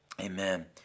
amen